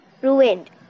ruined